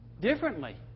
differently